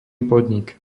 podnik